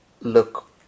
look